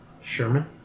Sherman